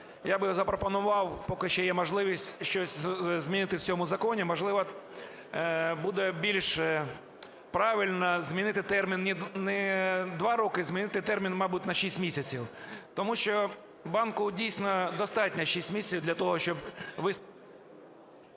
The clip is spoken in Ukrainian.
я би запропонував, поки є можливість, щось змінити в цьому законі. Можливо, буде більш правильно змінити термін, не "2 роки", а змінити термін, мабуть, на "6 місяців". Тому що банку, дійсно, достатньо 6 місяців для того, щоб…